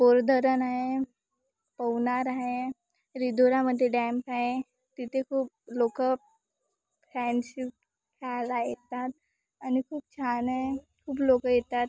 bore धरण आहे पवनार आहे रिदुरामध्ये डॅम्प आहे तिथे खूप लोकं खायला येतात आणि खूप छान आहे खूप लोकं येतात